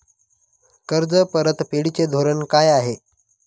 कर्ज परतफेडीचे धोरण काय आहे?